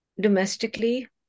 domestically